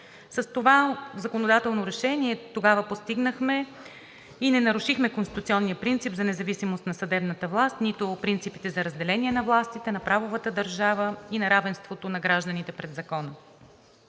С това законодателно решение тогава постигнахме и не нарушихме конституционния принцип за независимост на съдебната власт, нито принципите за разделение на властите, на правовата държава и на равенството на гражданите пред закона.